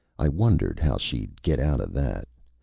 i wondered how she'd get out of that.